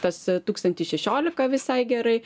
tas tūkstantis šešiolika visai gerai